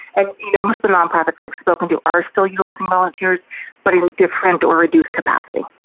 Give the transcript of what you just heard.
and you know, most the nonprofits i've spoken to are still utilizing volunteers but in different or reduced capacity